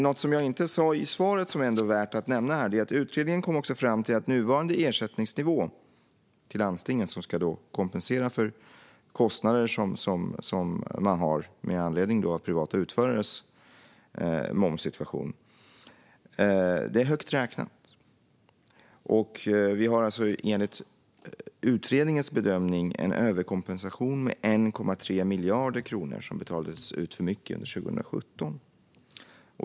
Något som jag inte sa i svaret men som ändå är värt att nämna här är att utredningen också kom fram till att nuvarande ersättningsnivå för landstingen - som alltså ska kompensera för de kostnader som landstingen har med anledning av privata utförares momssituation - är högt räknad. Det var alltså enligt utredningen en överkompensation med 1,3 miljarder kronor som betalades ut under 2017.